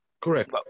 Correct